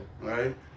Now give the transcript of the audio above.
Right